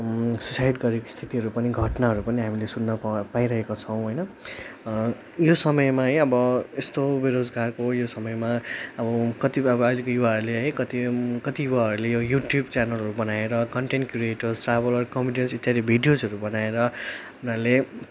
suicide गरेको स्थिति पनि घटनाहरू पनि हामीले सुन्न पाइरहेको छौँ होइन यो समयमा है अब यस्तो बेरोजगारको यो समयमा अब कति अब अहिलेको युवाहरूले है कति कति युवाहरूले युट्युब च्यानलहरू बनाएर कन्टेन्ट क्रिएटर्स ट्राभलर्स कमेडियन्स इत्यादि भिडियोजहरू बनाएर उनीहरूले